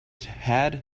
had